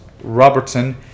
Robertson